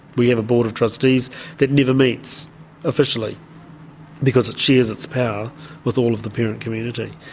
we have a board of trustees that never meets officially because it shares its power with all of the parent community,